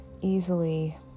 easily